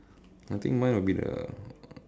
I think mine would be the